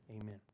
amen